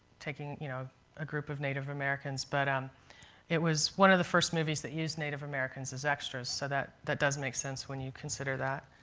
taking you know a group of native americans. but um it was one of the first movies which used native americans as extras, so that that does make sense when you consider that.